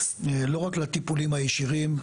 לא רק לטיפולים הישירים.